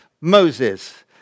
Moses